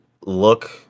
look